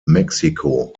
mexiko